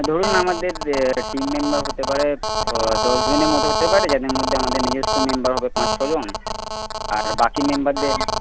ধরুন আমাদের team member হতে পারে দশ জনের মত হতে পারে যাদের মধ্যে আমাদের নিজস্ব মেম্বার হবে পাঁচ ছজন আর বাকি মেম্বারদের